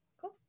Cool